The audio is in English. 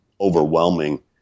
overwhelming